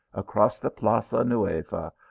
across the plaza nueva,